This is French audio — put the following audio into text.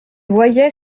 voyait